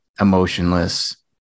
emotionless